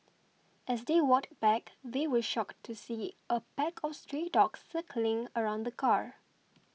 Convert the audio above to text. as they walked back they were shocked to see a pack of stray dogs circling around the car